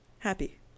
Happy